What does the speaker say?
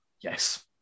Yes